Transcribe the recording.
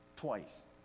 twice